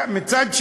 מצד שני,